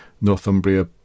Northumbria